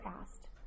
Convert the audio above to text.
asked